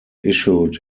issued